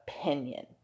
opinion